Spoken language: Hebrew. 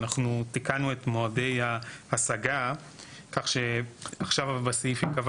אנחנו תיקנו את מועדי ההשגה כך שעכשיו בסעיף ייקבע